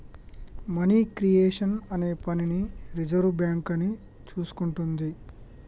money creation అనే పనిని reserve bank అని చూసుకుంటాది